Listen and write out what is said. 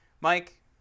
mike